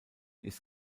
ist